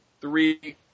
three